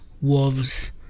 wolves